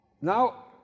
Now